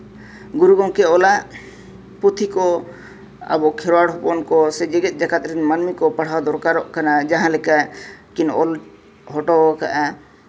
ᱜᱩᱨᱩ ᱜᱚᱢᱠᱮ ᱚᱞᱟᱜ ᱯᱩᱛᱷᱤ ᱠᱚ ᱟᱵᱚ ᱠᱷᱮᱨᱣᱟᱲ ᱦᱚᱯᱚᱱ ᱠᱚ ᱥᱮ ᱡᱮᱜᱮᱛ ᱡᱟᱠᱟᱛ ᱨᱮᱱ ᱢᱟᱹᱱᱢᱤ ᱠᱚ ᱯᱟᱲᱦᱟᱣ ᱫᱚᱨᱠᱟᱨᱚᱜ ᱠᱟᱱᱟ ᱡᱟᱦᱟᱸ ᱞᱮᱠᱟ ᱠᱤᱱ ᱚᱞ ᱦᱚᱴᱚ ᱠᱟᱜᱼᱟ